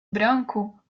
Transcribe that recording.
branco